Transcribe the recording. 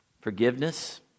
Forgiveness